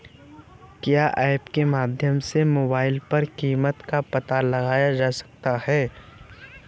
क्या ऐप के माध्यम से मोबाइल पर कीमत का पता लगाया जा सकता है?